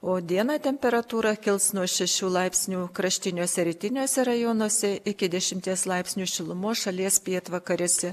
o dieną temperatūra kils nuo šešių laipsnių kraštiniuose rytiniuose rajonuose iki dešimties laipsnių šilumos šalies pietvakariuose